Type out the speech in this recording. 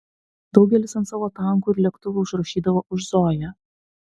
daugelis ant savo tankų ir lėktuvų užrašydavo už zoją